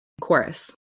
Chorus